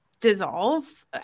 dissolve